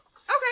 Okay